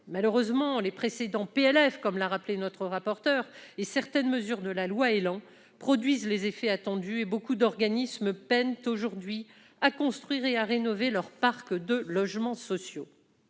Malheureusement, les précédents projets de loi de finances, comme l'a rappelé la rapporteur, et certaines mesures de la loi ÉLAN produisent les effets attendus. Beaucoup d'organismes peinent aujourd'hui à construire et à rénover leur parc de logements sociaux.